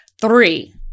Three